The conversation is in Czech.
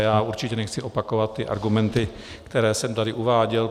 Já určitě nechci opakovat ty argumenty, které jsem tady uváděl.